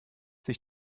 sich